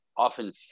Often